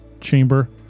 chamber